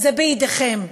זה בידיכם.